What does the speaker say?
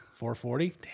440